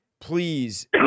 please